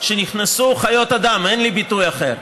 שחיות אדם, אין לי ביטוי אחר,